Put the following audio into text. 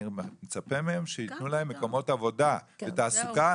אני מצפה מהם שייתנו להם מקומות עבודה ותעסוקה,